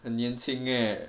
很年轻 eh